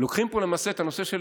לוקחים פה למעשה את הנושא של